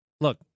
Look